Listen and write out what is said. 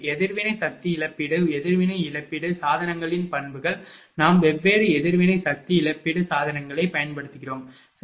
எதிர்வினை சக்தி இழப்பீடு எதிர்வினை இழப்பீட்டு சாதனங்களின் பண்புகள் நாம் வெவ்வேறு எதிர்வினை சக்தி இழப்பீட்டு சாதனங்களைப் பயன்படுத்துகிறோம் சரி